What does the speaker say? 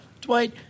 Dwight